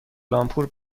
لامپور